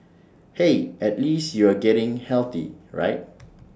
hey at least you are getting healthy right